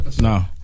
no